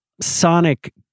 sonic